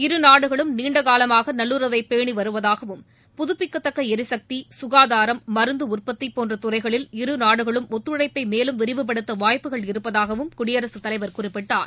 இரு நாடுகளும் நீண்டகாலமாக நல்லுறவை பேணி வருவதாகவும் புதுப்பிக்கத்தக்க எரிசக்தி சுகாதாரம் மருந்து உற்பத்தி போன்ற துறைகளில் இரு நாடுகளும் ஒத்துழைப்பை மேலும் விரிவுபடுத்த வாய்ப்புக்கள் இருப்பதாகவும் குடியரசுத்தலைவர் குறிப்பிட்டார்